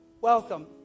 Welcome